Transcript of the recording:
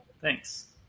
Thanks